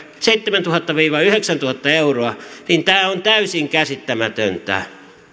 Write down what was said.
seitsemäntuhatta viiva yhdeksäntuhatta euroa niin tämä on täysin käsittämätöntä